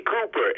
Cooper